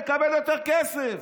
מקבל יותר כסף.